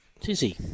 Tizzy